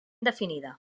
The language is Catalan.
definida